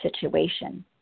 situation